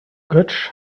götsch